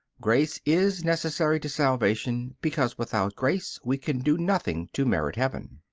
grace is necessary to salvation, because without grace we can do nothing to merit heaven.